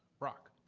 brock?